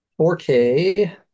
4K